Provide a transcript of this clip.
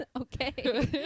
Okay